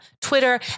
Twitter